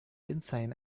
insane